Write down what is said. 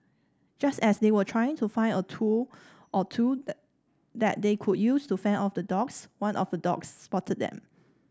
just as they were trying to find a tool or two that they could use to fend off the dogs one of the dogs spotted them